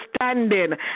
understanding